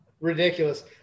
Ridiculous